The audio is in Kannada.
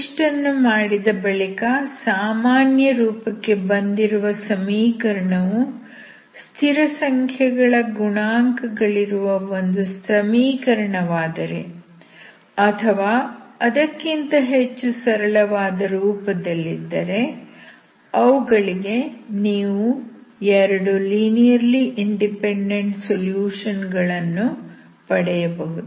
ಇಷ್ಟನ್ನು ಮಾಡಿದ ಬಳಿಕ ಸಾಮಾನ್ಯ ರೂಪಕ್ಕೆ ಬಂದಿರುವ ಸಮೀಕರಣವು ಸ್ಥಿರಸಂಖ್ಯೆಗಳ ಗುಣಾಂಕಗಳಿರುವ ಒಂದು ಸಮೀಕರಣವಾದರೆ ಅಥವಾ ಅದಕ್ಕಿಂತ ಹೆಚ್ಚು ಸರಳವಾದ ರೂಪದಲ್ಲಿದ್ದರೆ ಅವುಗಳಿಗೆ ನೀವು 2 ಲೀನಿಯರ್ಲಿ ಇಂಡಿಪೆಂಡೆಂಟ್ ಸೊಲ್ಯೂಷನ್ ಗಳನ್ನು ಪಡೆಯಬಹುದು